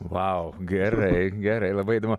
vau gerai gerai labai įdomu